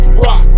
rock